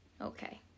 okay